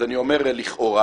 אז אני אומר לכאורה,